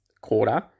quarter